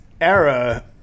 era